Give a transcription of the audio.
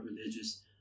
religious